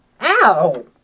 Ow